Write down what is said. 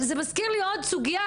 זה מזכיר לי סוגיה,